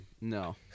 No